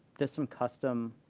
there's some custom